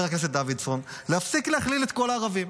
הכנסת דוידסון להפסיק להכליל את כל הערבים.